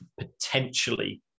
potentially